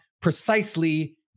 precisely